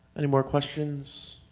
anymore questions?